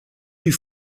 you